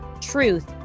truth